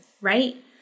right